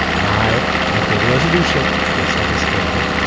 i have been a resolution based on this fail.